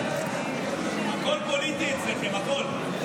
הכול פוליטי אצלכם, הכול.